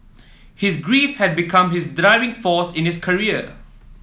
his grief had become his driving force in his career